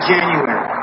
January